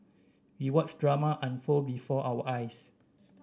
we watched drama unfold before our eyes